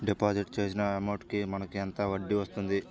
Deposit చేసిన amount కి మనకి ఎంత వడ్డీ వస్తుంది?